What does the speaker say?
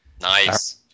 Nice